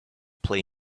play